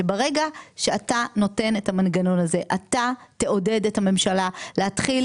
שברגע שאתה נותן את המנגנון הזה אתה תעודד את הממשלה להתחיל